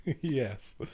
yes